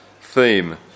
theme